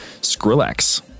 Skrillex